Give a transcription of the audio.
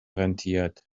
rentiert